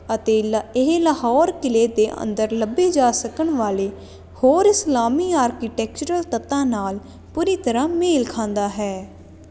ਅਤੇ ਇਹ ਲਾਹੌਰ ਕਿਲੇ ਦੇ ਅੰਦਰ ਲੱਭੇ ਜਾ ਸਕਣ ਵਾਲੇ ਹੋਰ ਇਸਲਾਮੀ ਆਰਕੀਟੈਕਚਰਲ ਤੱਤਾਂ ਨਾਲ ਪੂਰੀ ਤਰ੍ਹਾਂ ਮੇਲ ਖਾਂਦਾ ਹੈ